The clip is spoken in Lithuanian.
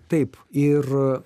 taip ir